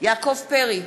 יעקב פרי,